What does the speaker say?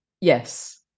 yes